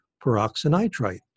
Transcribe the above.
peroxynitrite